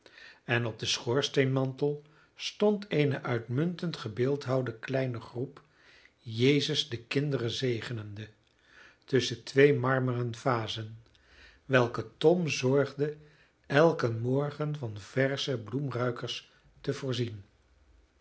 en op den schoorsteenmantel stond eene uitmuntend gebeeldhouwde kleine groep jezus de kinderen zegenende tusschen twee marmeren vazen welke tom zorgde elken morgen van versche bloemruikers te voorzien